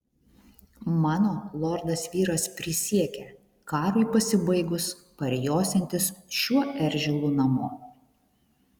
mano lordas vyras prisiekė karui pasibaigus parjosiantis šiuo eržilu namo